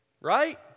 Right